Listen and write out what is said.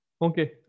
Okay